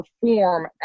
perform